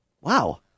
Wow